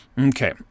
Okay